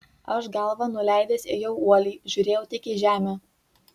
aš galvą nuleidęs ėjau uoliai žiūrėjau tik į žemę